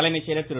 தலைமை செயலர் திரு